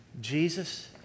Jesus